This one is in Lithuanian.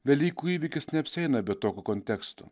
velykų įvykis neapsieina be tokio konteksto